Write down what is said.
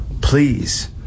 please